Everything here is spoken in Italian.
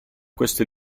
questo